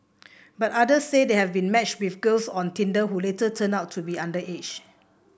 but others say they have been matched with girls on Tinder who later turned out to be underage